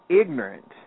ignorant